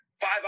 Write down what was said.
Five